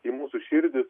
į mūsų širdis